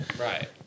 Right